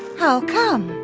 how come?